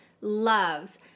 love